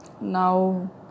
now